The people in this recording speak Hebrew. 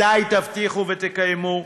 מתי תבטיחו ותקיימו?